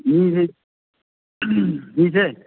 ꯃꯤꯁꯦ ꯃꯤꯁꯦ